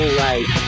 right